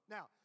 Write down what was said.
Now